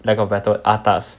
lack of better word atas